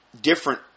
different